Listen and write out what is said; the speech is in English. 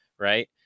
Right